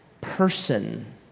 person